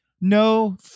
No